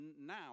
now